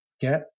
get